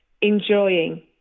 enjoying